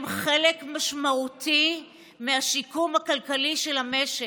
הם חלק משמעותי מהשיקום הכלכלי של המשק.